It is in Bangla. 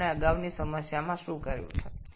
আমরা আগে সমস্যাটিতে কি করেছি লক্ষ্য রাখুন